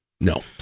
no